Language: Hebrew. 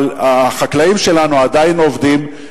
אבל החקלאים שלנו עדיין עובדים,